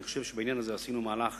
אני חושב שבעניין הזה עשינו מהלך